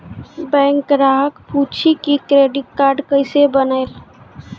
Bank ग्राहक पुछी की क्रेडिट कार्ड केसे बनेल?